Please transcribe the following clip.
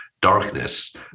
darkness